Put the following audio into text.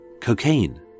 cocaine